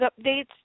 updates